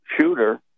shooter